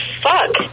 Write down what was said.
fuck